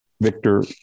victor